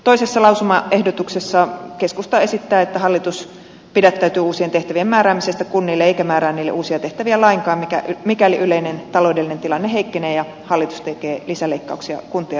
toisessa lausumaehdotuksessa keskusta esittää että hallitus pidättäytyy uusien tehtävien määräämisestä kunnille eikä määrää niille uusia tehtäviä lainkaan mikäli yleinen taloudellinen tilanne heikkenee ja hallitus tekee lisäleikkauksia kuntien rahoitukseen